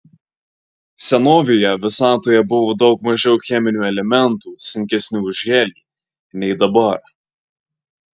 senovėje visatoje buvo daug mažiau cheminių elementų sunkesnių už helį nei dabar